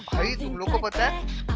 local but that